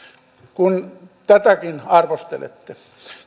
kun tätäkin arvostelette